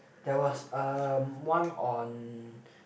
there was um one on